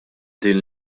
din